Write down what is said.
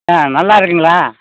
ஆ நல்லா இருக்குங்களா